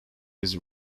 his